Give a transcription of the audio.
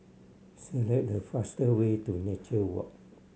select the faster way to Nature Walk